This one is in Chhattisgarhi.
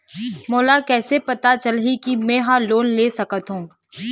मोला कइसे पता चलही कि मैं ह लोन ले सकथों?